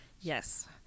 Yes